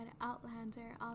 Outlander